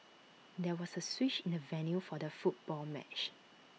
there was A switch in the venue for the football match